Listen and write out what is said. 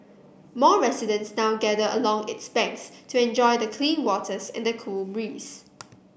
more residents now gather along its banks to enjoy the clean waters and the cool breeze